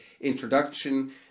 introduction